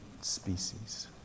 species